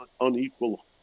unequal